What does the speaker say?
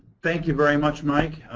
thank you very much, mike.